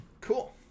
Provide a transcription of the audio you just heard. Cool